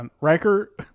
Riker